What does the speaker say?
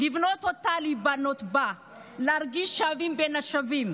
לבנות אותה ולהיבנות בה, להרגיש שווים בין שווים.